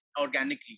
organically